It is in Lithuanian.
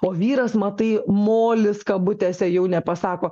o vyras matai molis kabutėse jau nepasako